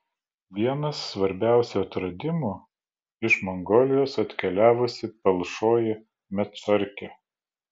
vienas svarbiausių atradimų iš mongolijos atkeliavusi palšoji medšarkė